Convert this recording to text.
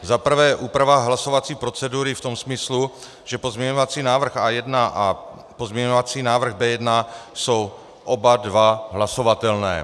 Za prvé úprava hlasovací procedury v tom smyslu, že pozměňovací návrh A1 a pozměňovací návrh B1 jsou oba dva hlasovatelné.